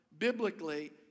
biblically